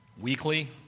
weekly